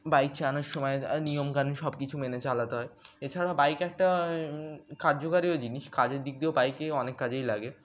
bike চালানোর সময় নিয়মকানুন সব কিছু মেনে চালাতে হয় এছাড়া বাইক একটা কার্যকারীও জিনিস কাজের দিক দিয়েও বাইকে অনেক কাজেই লাগে